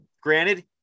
granted